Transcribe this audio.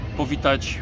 powitać